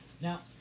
Now